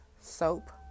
soap